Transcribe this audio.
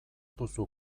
duzu